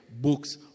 books